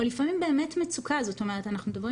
או לפעמים באמת מצוקה אנחנו מדברים